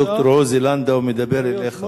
הד"ר עוזי לנדאו מדבר אליך.